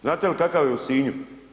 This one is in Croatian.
Znate li kakav je u Sinju?